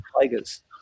tigers